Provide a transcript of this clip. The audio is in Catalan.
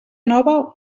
nova